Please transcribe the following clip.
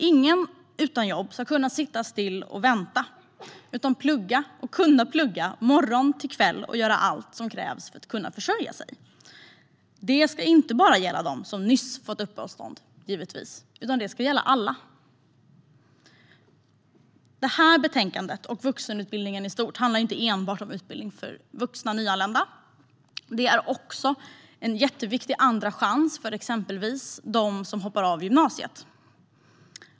Ingen utan jobb ska kunna sitta stilla och vänta, utan man ska plugga från morgon till kväll och göra allt som krävs för att kunna försörja sig. Det ska givetvis inte bara gälla dem som nyss har fått uppehållstillstånd, utan det ska gälla alla. Det här betänkandet och vuxenutbildningen i stort handlar inte enbart om utbildning för vuxna nyanlända. Det är också en jätteviktig andra chans för exempelvis dem som hoppar av gymnasiet.